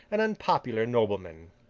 an unpopular nobleman.